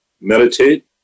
meditate